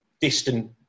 distant